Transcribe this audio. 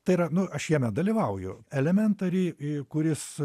tai yra nu aš jame dalyvauju elementary kuris